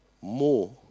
More